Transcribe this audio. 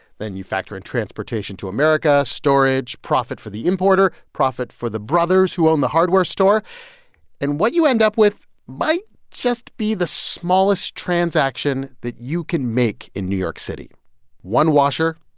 then you factor in transportation to america, storage, profit for the importer, profit for the brothers who own the hardware store and what you end up with might just be the smallest transaction that you can make in new york city one washer,